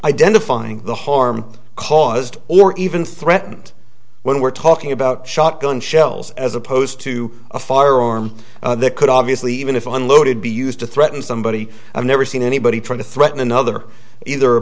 identifying the harm caused or even threatened when we're talking about shotgun shells as opposed to a firearm they could obviously even if unloaded be used to threaten somebody i've never seen anybody trying to threaten another either a